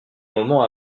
moment